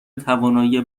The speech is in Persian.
توانایی